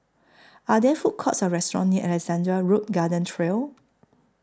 Are There Food Courts Or restaurants near Alexandra Road Garden Trail